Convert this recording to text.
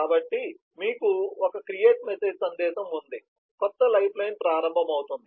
కాబట్టి మీకు ఒక క్రియేట్ మెసేజ్ సందేశం ఉంది కొత్త లైఫ్లైన్ ప్రారంభమవుతుంది